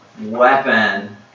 weapon